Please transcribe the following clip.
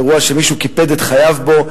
אירוע שמישהו קיפד את חייו בו,